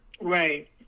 Right